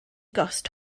gost